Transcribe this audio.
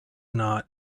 not